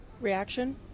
Reaction